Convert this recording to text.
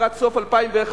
לקראת סוף 2011,